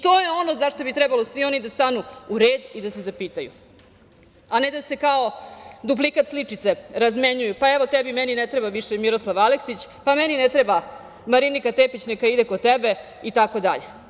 To je ono za šta bi trebalo svi oni da stanu u red i da se zapitaju, a ne da se kao duplikat sličice razmenjuju, pa evo tebi, meni ne treba više Miroslav Aleksić, meni ne treba Marinika Tepić, neka ide kod tebe itd.